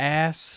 ass